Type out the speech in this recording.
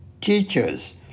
teachers